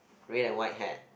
red and white hat